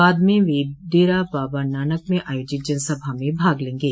बाद में वे डेरा बाबा नानक में आयोजित जनसभा में भाग लेंगे